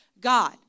God